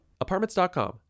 Apartments.com